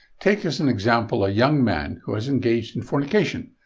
take as an example a young man who has engaged in fornication.